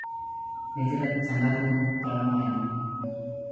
ᱱᱤᱡᱮᱨᱟᱜ ᱡᱟᱸᱜᱟ ᱛᱮᱵᱚᱱ ᱛᱟᱲᱟᱢ ᱞᱟᱦᱟᱭ ᱢᱟ